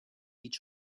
each